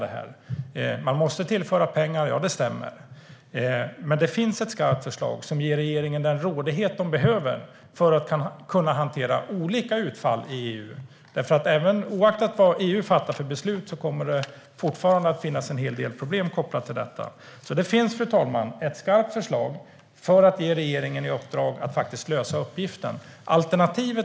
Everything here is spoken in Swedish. Det stämmer att man måste tillföra pengar, men det finns ett skarpt förslag som ger regeringen den rådighet den behöver för att kunna hantera olika utfall i EU. Oavsett vad EU fattar för beslut kommer det nämligen fortfarande att finnas en hel del problem kopplat till detta. Det finns alltså ett skarpt förslag, fru talman, för att ge regeringen i uppdrag att faktiskt lösa uppgiften.